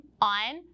on